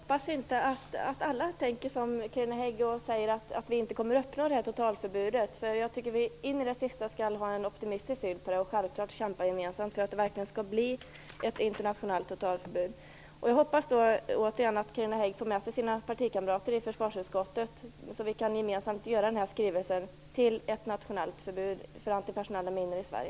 Fru talman! Jag hoppas att alla inte tänker som Carina Hägg och tror att vi inte kommer att uppnå ett totalförbud. Jag tycker att vi in i det sista skall ha en optimistisk syn och kämpa för att det verkligen skall bli ett internationellt totalförbud. Återigen: Jag hoppas att Carina Hägg får med sig sina partikamrater i försvarsutskottet så att vi gemensamt kan göra en skrivelse om ett nationellt förbud för antipersonella minor i Sverige.